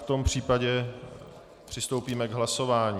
V tom případě přistoupíme k hlasování.